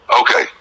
okay